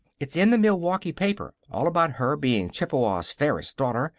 it's in the milwaukee paper, all about her being chippewa's fairest daughter,